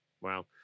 Wow